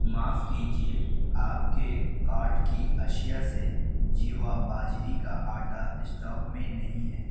معاف کیجیے آپ کے کارٹ کی اشیاء سے جیوا باجری کا آٹا اسٹاک میں نہیں ہے